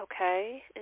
Okay